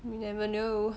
you never know